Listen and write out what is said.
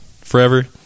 forever